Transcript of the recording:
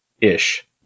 Ish